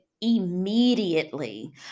immediately